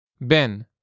Ben